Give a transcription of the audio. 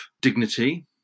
dignity